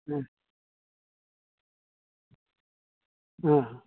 ᱦᱮᱸ ᱦᱮᱸ